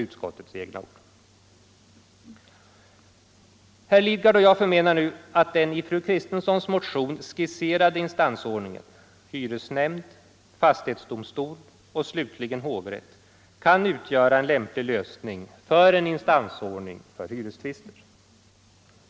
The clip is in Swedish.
Herr Lidgard och jag anser att den i fru Kristenssons motion skisserade instansordningen — hyresnämnd, fastighetsdomstol och slutligen hovrätt - kan utgöra en lämplig lösning av en instansordning för hyrestvister.